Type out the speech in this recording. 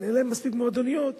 אבל אין מספיק מועדוניות